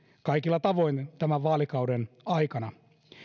kaikilla tavoin tämän vaalikauden aikana